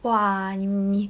!wah! 你你